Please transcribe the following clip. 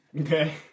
Okay